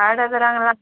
आट हजारांक ला